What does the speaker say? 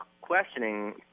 questioning